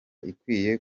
ikwiye